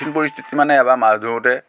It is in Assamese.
কঠিন পৰিস্থিতিত মানে এবাৰ মাছ ধৰোঁতে